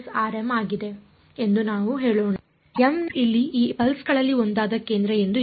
m ಇಲ್ಲಿ ಈ pulse ಗಳಲ್ಲಿ ಒಂದಾದ ಕೇಂದ್ರ ಎಂದು ಹೇಳೋಣ